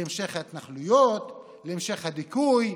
להמשך ההתנחלויות, להמשך הדיכוי,